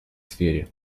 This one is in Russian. сфере